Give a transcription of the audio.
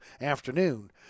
Afternoon